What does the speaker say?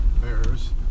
bears